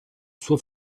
suo